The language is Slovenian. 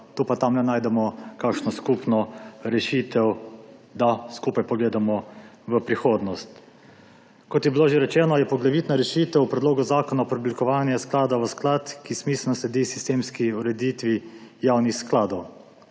tu pa tam le najdemo kakšno skupno rešitev, da skupaj pogledamo v prihodnost. Kot je bilo že rečeno, je poglavitna rešitev v predlogu zakona preoblikovanje sklada v sklad, ki smiselno sledi sistemski ureditvi javnih skladov.